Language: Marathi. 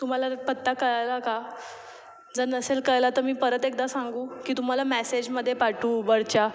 तुम्हाला पत्ता कळाला का जर नसेल कळला तर मी परत एकदा सांगू की तुम्हाला मॅसेजमध्ये पाठवू उबरच्या